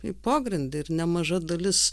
į pogrindį ir nemaža dalis